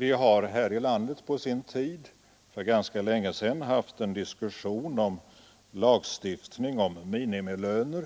Vi hade här i landet för länge sedan en diskussion om lagstiftning om minimilöner.